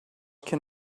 can